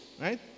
right